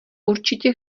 určitě